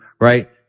right